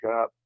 up